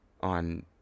on